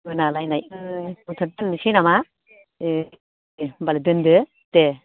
मोनालायनाय ओ दोनथ'लायनोसै नामा ए' ए' होमबालाय दोन्दो दे